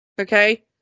okay